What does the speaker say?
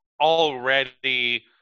already